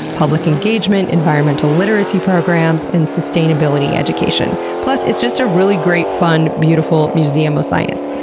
public engagement, environmental literacy programs, and sustainability education. plus it's just a really great, fun, beautiful museum of science.